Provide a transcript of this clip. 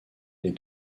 les